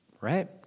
Right